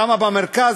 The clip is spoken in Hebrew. למה במרכז?